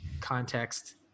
context